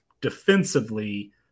defensively